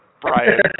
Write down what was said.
Brian